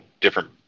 different